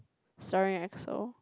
starring Exo